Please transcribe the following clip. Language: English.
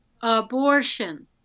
abortion